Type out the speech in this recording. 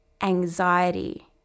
Anxiety